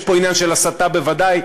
יש פה עניין של הסתה בוודאי,